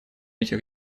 этих